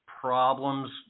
problems